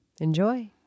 Enjoy